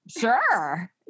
sure